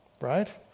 right